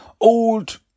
old